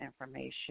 information